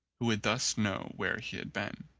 who would thus know where he had been.